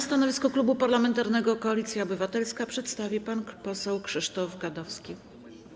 Stanowisko Klubu Parlamentarnego Koalicja Obywatelska przedstawi pan poseł Krzysztof Gadowski.